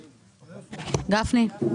גפני?